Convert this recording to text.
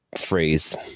phrase